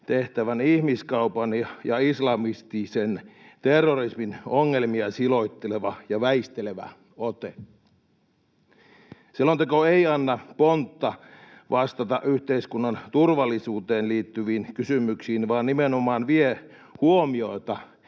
tehtävän ihmiskaupan ja islamistisen terrorismin ongelmia siloitteleva ja väistelevä ote. Selonteko ei anna pontta vastata yhteiskunnan turvallisuuteen liittyviin kysymyksiin, vaan nimenomaan vie huomiota